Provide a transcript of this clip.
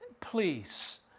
Please